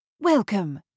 Welcome